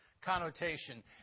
connotation